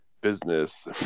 business